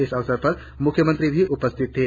इस अवसर पर मुख्यमंत्री भी उपस्थित थे